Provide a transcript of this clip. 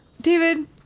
David